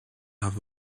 have